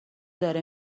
داره